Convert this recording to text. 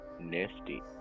Nasty